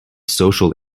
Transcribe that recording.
social